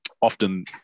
often